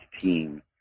team